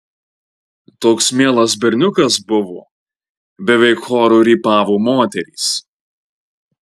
toks mielas berniukas buvo beveik choru rypavo moterys